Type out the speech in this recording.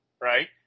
right